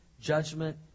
judgment